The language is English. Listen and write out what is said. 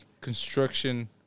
construction